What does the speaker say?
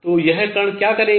तो यह कण क्या करेगा